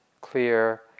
clear